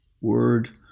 word